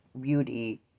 beauty